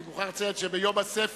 אני מוכרח לציין שביום הספר,